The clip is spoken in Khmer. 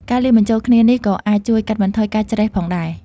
ការលាយបញ្ចូលគ្នានេះក៏អាចជួយកាត់បន្ថយការច្រេះផងដែរ។